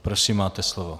Prosím, máte slovo.